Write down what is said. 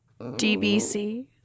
DBC